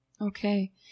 Okay